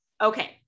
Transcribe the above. Okay